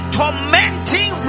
tormenting